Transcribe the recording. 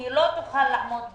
כי היא לא תוכל לעמוד בחוב,